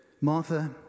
Martha